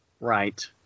Right